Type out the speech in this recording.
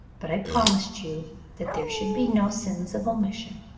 but i promised you that there should be no sins of omission.